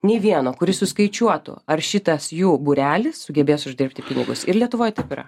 nei vieno kuris suskaičiuotų ar šitas jų būrelis sugebės uždirbti pinigus ir lietuvoj taip yra